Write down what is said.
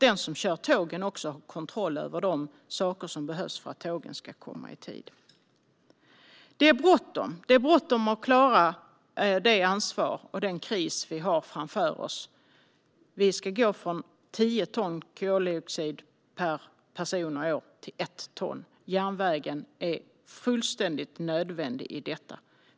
Den som kör tågen har också kontroll över de saker som behövs för att tågen ska komma i tid. Det är bråttom att klara det ansvar och den kris vi har framför oss. Vi ska gå från tio ton koldioxid per person och år till ett ton. Järnvägen är fullständigt nödvändig för detta.